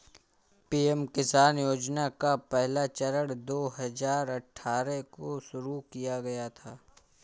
PM किसान योजना का पहला चरण दो हज़ार अठ्ठारह को शुरू किया गया था